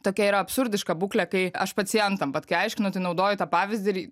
tokia yra absurdiška būklė kai aš pacientam vat kai aiškinu tai naudoju tą pavyzdį ir